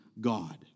God